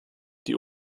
die